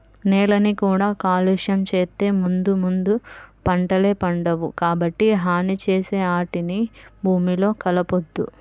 నేలని కూడా కాలుష్యం చేత్తే ముందు ముందు పంటలే పండవు, కాబట్టి హాని చేసే ఆటిని భూమిలో కలపొద్దు